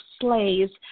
slaves